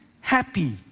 happy